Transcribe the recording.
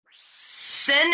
Sin